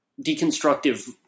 deconstructive